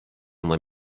town